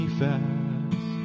fast